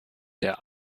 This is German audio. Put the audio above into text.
der